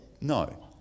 No